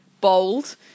bold